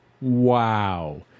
Wow